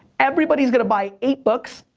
everybody's gonna buy eight books,